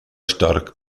stark